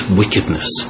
wickedness